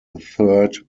third